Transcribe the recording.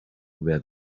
where